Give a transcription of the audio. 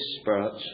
Spirit